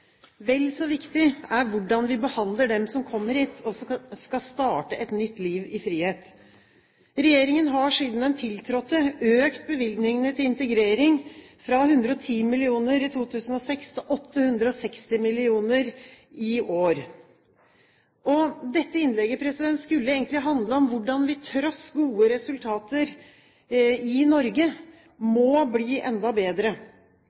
Vel så viktig er det hvordan vi behandler dem som kommer hit og som skal starte et nytt liv i frihet. Regjeringen har siden den tiltrådte økt bevilgningene til integrering, fra 110 mill. kr i 2006 til 860 mill. kr i år. Dette innlegget skulle egentlig handle om hvordan vi tross gode resultater i Norge må bli enda bedre.